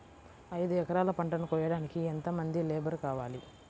ఐదు ఎకరాల పంటను కోయడానికి యెంత మంది లేబరు కావాలి?